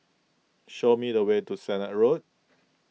show me the way to Sennett Road